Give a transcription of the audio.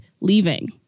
leaving